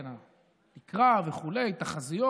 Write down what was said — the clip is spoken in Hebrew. התקרה וכו', תחזיות.